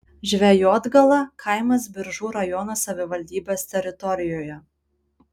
žvejotgala kaimas biržų rajono savivaldybės teritorijoje